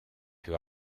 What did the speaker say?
più